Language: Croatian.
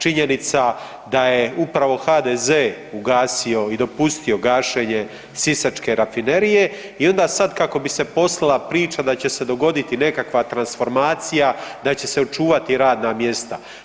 Činjenica da je upravo HDZ ugasio i dopustio gašenje Sisačke rafinerije i onda sad kako bi se poslala priča da će se dogoditi nekakva transformacija, da će se očuvati radna mjesta.